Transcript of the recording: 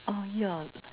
uh ya